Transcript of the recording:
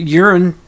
urine